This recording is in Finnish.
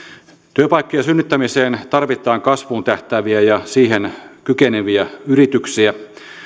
työpaikkojen synnyttämiseen tarvitaan kasvuun tähtääviä ja siihen kykeneviä yrityksiä